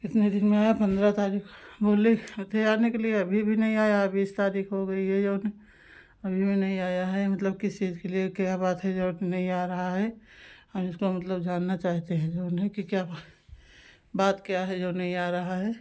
कितने दिन में आया पन्द्रह तारीख बोले थे आने के लिए अभी भी नहीं आया बीस तारीख हो गई है जो है अभी भी नहीं आया है मतलब किस चीज़ के लिए क्या बात है जो नहीं आ रहा है हम इसको मतलब जानना चाहते हैं जो है कि क्या बात क्या है जो नहीं आ रहा है